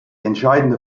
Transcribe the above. entscheidende